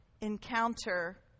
encounter